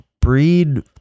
breed